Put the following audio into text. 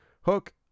hook